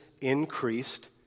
increased